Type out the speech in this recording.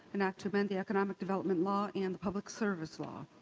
an act to amend the economic development law and the public service law,